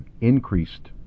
increased